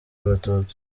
abatutsi